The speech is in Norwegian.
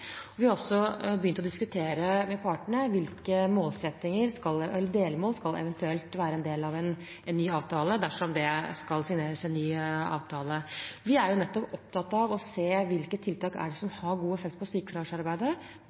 Vi har også begynt å diskutere med partene hvilke delmål som eventuelt skal være en del av en ny avtale, dersom det skal signeres en ny avtale. Vi er opptatt av å se hvilke tiltak som har god effekt på sykefraværsarbeidet.